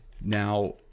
Now